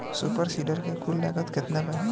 Super seeder के कुल लागत केतना बा?